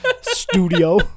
studio